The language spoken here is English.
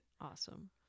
Awesome